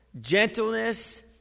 gentleness